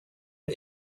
ein